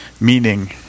meaning